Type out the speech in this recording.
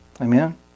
Amen